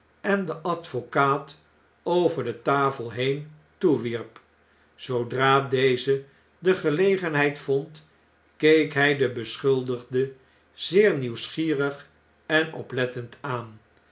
en den advocaat over de tafel heen toewierp zoodra deze de gelegenheid vond keek hij den beschuldigde zeer nieuwsgierig en oplettend aan